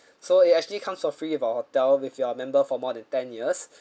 so it actually comes for free of our hotel with your member for more than ten years